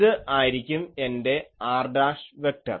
ഇതു ആയിരിക്കും എൻറെ r' വെക്ടർ